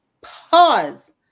pause